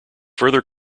further